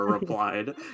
replied